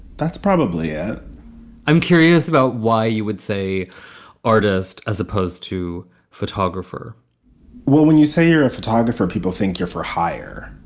that's probably it ah i'm curious about why you would say artist as opposed to photographer well, when you say you're a photographer, people think you're for hire.